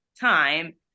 time